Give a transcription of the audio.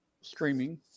streaming